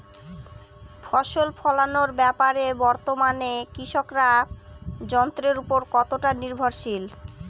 ফসল ফলানোর ব্যাপারে বর্তমানে কৃষকরা যন্ত্রের উপর কতটা নির্ভরশীল?